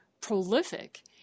prolific